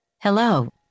Hello